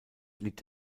liegt